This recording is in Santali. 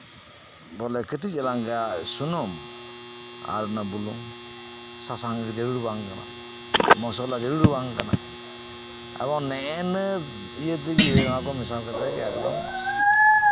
ᱵᱚᱞᱮ ᱠᱟᱹᱴᱤᱡ ᱪᱮᱞᱟᱝ ᱜᱟᱡ ᱥᱩᱱᱩᱢ ᱟᱨ ᱵᱩᱞᱩᱝ ᱥᱟᱥᱟᱝ ᱫᱚ ᱵᱟᱝ ᱡᱟᱹᱨᱩᱲᱟ ᱢᱚᱥᱞᱟ ᱡᱟᱹᱨᱩᱲ ᱜᱮ ᱵᱟᱝ ᱠᱟᱱᱟ ᱮᱵᱚᱝ ᱱᱮᱜ ᱮ ᱱᱤᱭᱟᱹ ᱢᱮᱥᱟ ᱠᱟᱛᱮᱜ ᱜᱮ ᱮᱠᱫᱚᱢ